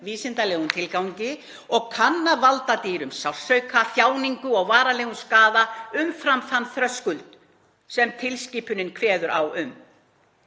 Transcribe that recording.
vísindalegum tilgangi og kann að valda dýrum sársauka, þjáningu eða varanlegum skaða umfram þann þröskuld sem tilskipunin kveður á um.